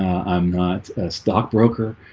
i'm not a stock broker